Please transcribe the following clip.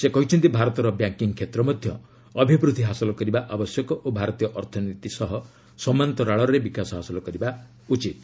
ସେ କହିଛନ୍ତି ଭାରତର ବ୍ୟାଙ୍କିଙ୍ଗ୍ କ୍ଷେତ୍ର ମଧ୍ୟ ଅଭିବୃଦ୍ଧି ହାସଲ କରିବା ଆବଶ୍ୟକ ଓ ଭାରତୀୟ ଅର୍ଥନୀତି ସହ ସମାନ୍ତରାଳରେ ବିକାଶ ହାସଲ କରିବା ଉଚିତ୍